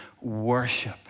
worship